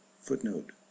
Footnote